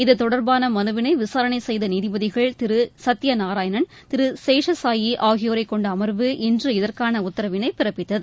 இத்தொடர்பாள மனுவினை விசாரணை செய்த நீதிபதிகள் திரு சத்தியநாராயணன் திரு சேஷசாயி ஆகியோரை கொண்ட அமர்வு இன்று இதற்கான உத்தரவினை பிறப்பித்தது